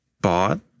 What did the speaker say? bought